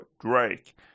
Drake